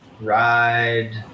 ride